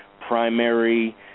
primary